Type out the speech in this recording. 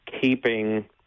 keeping